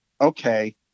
okay